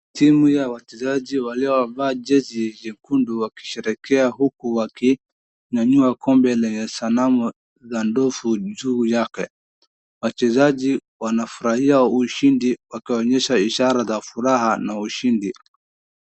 Timu ya wachezaji waliovaa jezi nyekundu wakisherehekea huku wakiinyanyua kombe lenye sanamu la ndovu juu yake. Wachezaji wanafurahia ushindi wakionyesha ishara za furaha na ushindi.